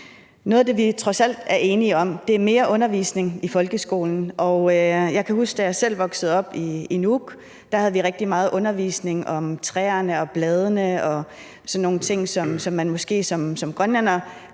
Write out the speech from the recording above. Noget af det, vi trods alt er enige om, er mere undervisning i folkeskolen. Jeg kan huske, at da jeg selv voksede op i Nuuk, havde vi rigtig meget undervisning om træerne og bladene og sådan nogle ting, som man måske som grønlænder